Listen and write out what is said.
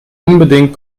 unbedingt